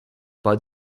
bud